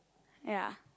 ya